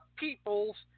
people's